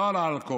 לא על האלכוהול,